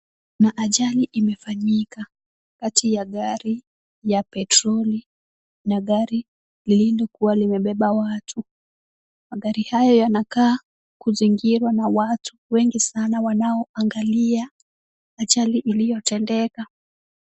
Na ajali imefanyika kati ya gari ya petroli na gari lililokuwa limebeba watu. Magari haya yanakaa kuzingirwa na watu wengi sana wanaoangalia ajali iliyotendeka.